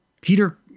peter